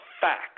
facts